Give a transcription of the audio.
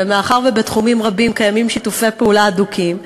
ומאחר שבתחומים רבים קיימים שיתופי פעולה הדוקים,